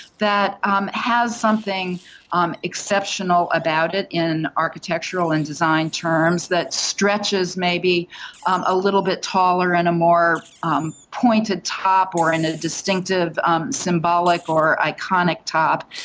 that um has something um exceptional about it in architectural and design terms, that stretches maybe um a little bit taller and a more um pointed top, or in a distinctive um symbolic or iconic top.